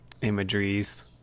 imageries